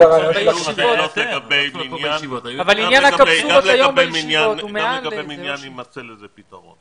גם לגבי מניין יימצא לזה פתרון.